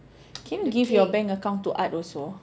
can you give your bank account to art also